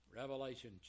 Revelation